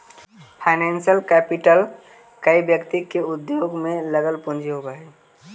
financial capital कोई व्यक्ति के उद्योग में लगल पूंजी होवऽ हई